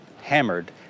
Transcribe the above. hammered